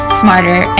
smarter